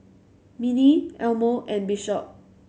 Minnie Elmo and Bishop